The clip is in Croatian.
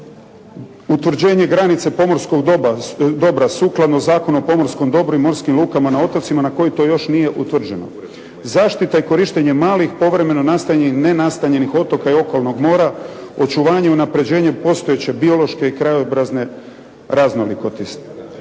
bitnih. Utvrđenje granica pomorskog dobra sukladno Zakonu o pomorskom dobru i morskim lukama na otocima na koji to još nije utvrđeno. Zaštita i korištenje malih, povremeno nastanjenih i nenastanjenih otoka i okolnog mora, očuvanje i unapređenje postojeće biološke i krajobrazne raznolikosti.